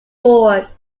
ford